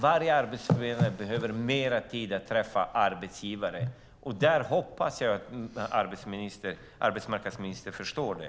Varje arbetsförmedlare behöver alltså mer tid för att träffa arbetsgivare. Jag hoppas att arbetsmarknadsministern förstår det.